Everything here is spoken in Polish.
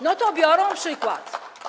No to biorą przykład.